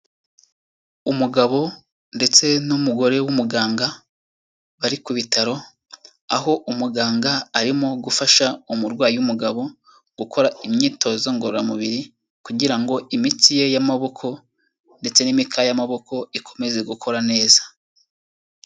Umugabo ndetse n'umugore w'umuganga bari ku bitaro, aho umuganga arimo gufasha umurwayi w'umugabo gukora imyitozo ngororamubiri kugira ngo imitsi ye y'amaboko ndetse n'imikaya y'amaboko ikomeze gukora neza.